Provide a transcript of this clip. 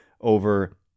over